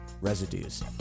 residues